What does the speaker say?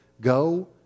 Go